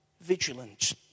vigilant